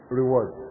rewards